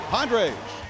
Padres